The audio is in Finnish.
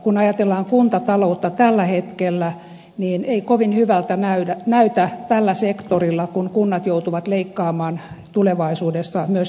kun ajatellaan kuntataloutta tällä hetkellä niin ei kovin hyvältä näytä tällä sektorilla kun kunnat joutuvat leikkaamaan tulevaisuudessa myös henkilöstömenoista